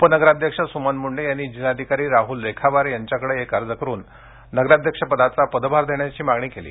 उपनगराध्यक्ष सुमन मुंडे यांनी जिल्हाधिकारी राहूल रेखावार यांच्या कडे एक अर्ज करून नगराध्यक्ष पदाचा पदभार देण्याची मागणी केली